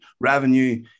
revenue